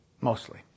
Mostly